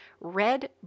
Red